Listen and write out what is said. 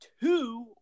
two